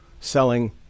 selling